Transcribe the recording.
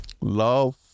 love